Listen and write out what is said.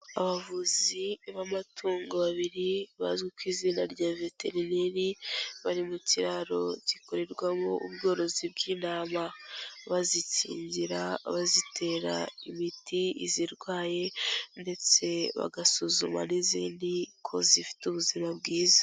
Abavuzi b'amatungo babiri bazwi ku izina rya veterineri, bari mu kiraro gikorerwamo ubworozi bw'intama. Bazikingira, bazitera imiti izirwaye, ndetse bagasuzuma n'izindi ko zifite ubuzima bwiza.